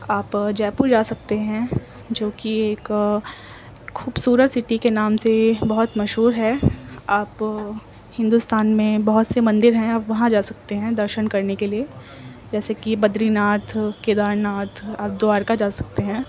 آپ جیپور جا سکتے ہیں جو کہ ایک خوبصورت سٹی کے نام سے بہت مشہور ہے آپ ہندوستان میں بہت سے مندر ہیں آپ وہاں جا سکتے ہیں درشن کرنے کے لیے جیسے کہ بدری ناتھ کیدار ناتھ آپ دوارکا جا سکتے ہیں